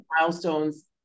milestones